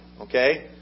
Okay